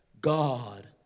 God